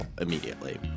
immediately